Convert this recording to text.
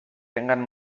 tengan